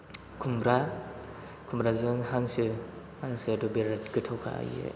खुम्ब्रा खुम्ब्राजों हांसो हांसोआथ' बिराद गोथावखा आयै